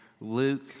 Luke